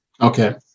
Okay